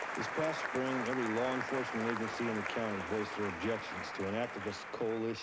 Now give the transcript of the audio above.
this past spring, every law enforcement agency in the county voiced their objections to an activist coalition